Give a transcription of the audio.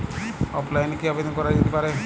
অফলাইনে কি আবেদন করা যেতে পারে?